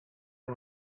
and